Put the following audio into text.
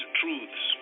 truths